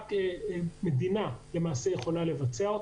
שרק מדינה יכולה לבצע.